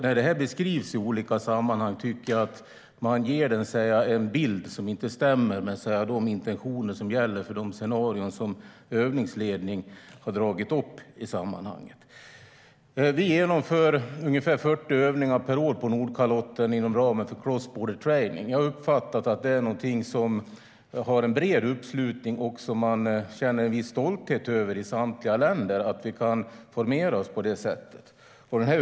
När det här beskrivs i olika sammanhang tycker jag alltså att man ger en bild som inte stämmer med de intentioner som finns i de scenarier övningsledningen har dragit upp i sammanhanget. Vi genomför ungefär 40 övningar per år på Nordkalotten inom ramen för Cross Border Training. Jag har uppfattat att det är någonting det finns en bred uppslutning bakom och att man i samtliga länder känner en viss stolthet över att vi kan formera oss på det sättet.